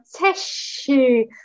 tissue